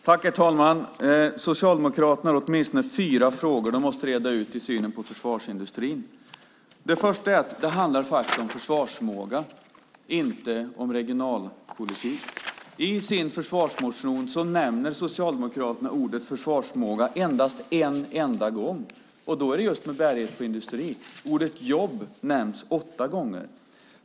Herr talman! Socialdemokraterna har åtminstone fyra frågor de måste reda ut när det gäller synen på försvarsindustrin. Den första frågan är att det faktiskt handlar om försvarsförmåga och inte regionalpolitik. I sin försvarsmotion nämner Socialdemokraterna ordet "försvarsförmåga" en enda gång, och då är det just med bäring på industrin. Ordet "jobb" nämns åtta gånger.